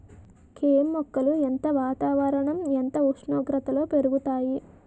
కెమ్ మొక్కలు ఏ వాతావరణం ఎంత ఉష్ణోగ్రతలో పెరుగుతాయి?